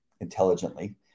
intelligently